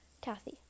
Kathy